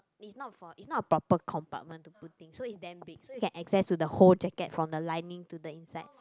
is not for it's not a proper compartment to put thing so it's damn big so you can access to the whole jacket from the lining to the inside